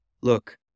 look